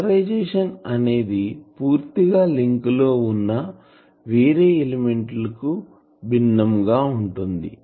polarisation అనేది పూర్తిగా link లో ఉన్న వేరే ఎలిమెంట్ ల కు భిన్నం గా ఉంటుంది